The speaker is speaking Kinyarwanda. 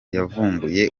yavumbuye